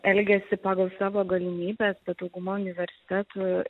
elgiasi pagal savo galimybes bet dauguma universitetų